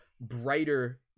brighter